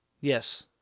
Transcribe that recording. Yes